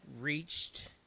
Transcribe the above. reached